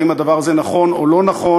האם הדבר הזה נכון או לא נכון,